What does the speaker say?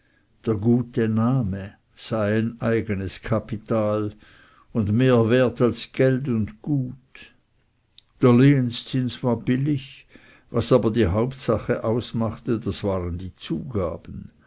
gute name sei ein eigenes kapital und mehr wert als geld und gut der lehenzins war billig was aber die hauptsache ausmachte das waren die zugaben